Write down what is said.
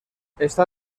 está